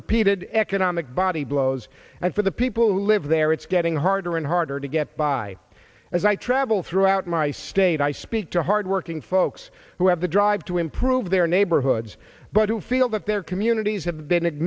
repeated economic body blows and for the people who live there it's getting harder and harder to get by as i travel throughout my state i speak to hardworking folks who have the drive to improve their neighborhoods but who feel that their communities have been